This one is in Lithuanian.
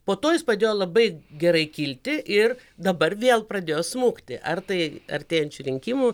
po to jis pradėjo labai gerai kilti ir dabar vėl pradėjo smukti ar tai artėjančių rinkimų